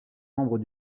membre